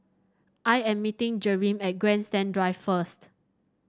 I am meeting Jereme at Grandstand Drive first